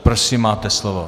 Prosím, máte slovo.